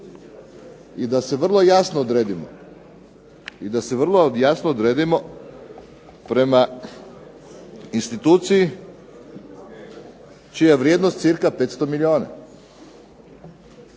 I da se vrlo jasno odredimo prema instituciji čija vrijednost cirka 500 milijuna.